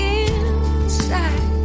inside